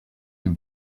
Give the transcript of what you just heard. him